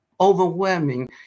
overwhelming